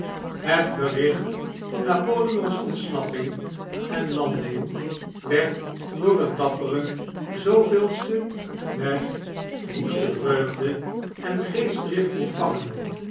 het bericht van napoleon's ontsnapping en landing werd door het dappere ste met woeste vreugd en geestdrift ontvangen